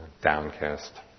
Downcast